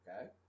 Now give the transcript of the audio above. Okay